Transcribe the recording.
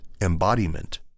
embodiment